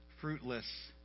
fruitless